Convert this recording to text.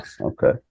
okay